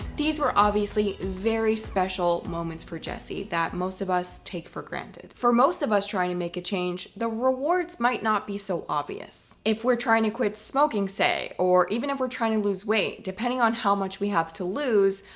these were obviously very special moments for jesse, that most of us take for granted. for most of us trying to make a change, the rewards might not be so obvious. if we're trying to quit smoking, say, or even if we're trying to lose weight, depending on how much we have to lose,